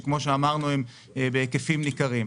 שכמו שאמרנו הם בהיקפים ניכרים.